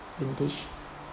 english